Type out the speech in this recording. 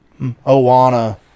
Oana